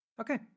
Okay